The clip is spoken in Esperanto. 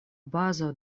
bazo